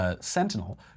Sentinel